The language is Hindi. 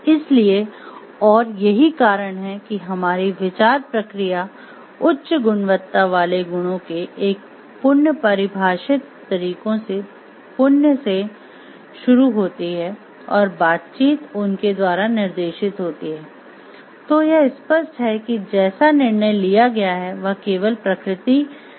इसलिए और यही कारण है कि हमारी विचार प्रक्रिया उच्च गुणवत्ता वाले गुणों के एक पुण्य परिभाषित तरीकों से पुण्य से शुरू होती है और बातचीत उनके द्वारा निर्देशित होती है तो यह स्पष्ट है कि जैसा निर्णय लिया गया है वह केवल प्रकृति में नैतिक होगा